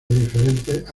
diferentes